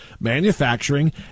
manufacturing